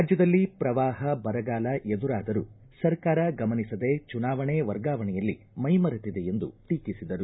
ರಾಜ್ಯದಲ್ಲಿ ಪ್ರವಾಹ ಬರಗಾಲ ಎದುರಾದರೂ ಸರ್ಕಾರ ಗಮನಿಸದೇ ಚುನಾವಣೆ ವರ್ಗಾವಣೆಯಲ್ಲಿ ಮೈಮರೆತಿದೆ ಎಂದು ಟೀಕಿಸಿದರು